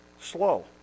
slow